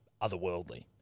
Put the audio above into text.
otherworldly